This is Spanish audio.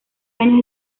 años